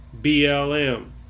BLM